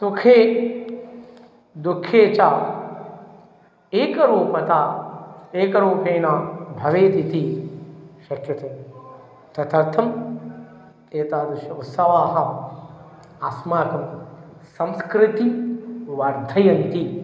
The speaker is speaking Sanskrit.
सुखे दुःखे च एकरूपता एकरूपेण भवेतिति शक्यते तदर्थं एतादृश उत्सवाः अस्माकं संस्कृतिं वर्धयन्ति